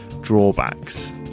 drawbacks